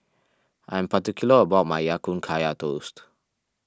I am particular about my Ya Kun Kaya Toast